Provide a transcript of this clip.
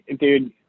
dude